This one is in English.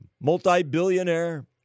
multi-billionaire